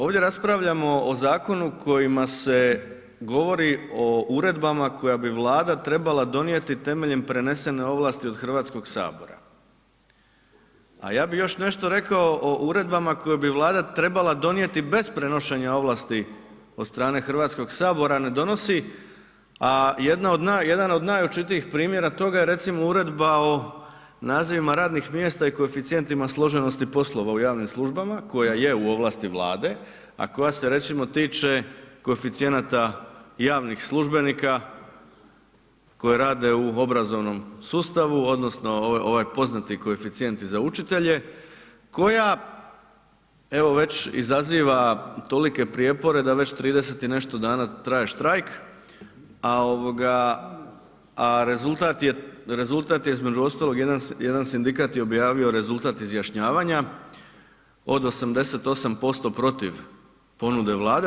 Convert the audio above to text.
Ovdje raspravljamo o zakonu kojima se govori o uredbama koje bi Vlada trebala donijeti temeljem prenesene ovlasti od Hrvatskog sabora, a ja bi još nešto rekao o uredbama koje bi Vlada trebala donijeti bez prenošenja ovlasti od strane Hrvatskog sabora ne donosi ih, a jedna od, jedan o najočitijih primjera toga je recimo uredba o nazivima radnih mjesta i koeficijentima složenosti poslova u javnim službama koja je u ovlasti Vlade, a koja se recimo tiče recimo koeficijenata javnih službenika koji rade u obrazovnom sustavu odnosno ovaj poznati koeficijenti za učitelje, koja evo već izaziva tolike prijepore da već 30 i nešto dana traje štrajk, a ovoga, a rezultat je između ostalog jedan sindikat je objavio rezultat izjašnjavanja od 88% protiv ponude Vlade.